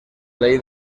ley